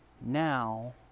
now